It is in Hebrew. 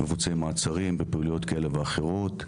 מבוצעים מעצרים בפעילויות כאלה ואחרות.